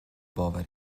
باوره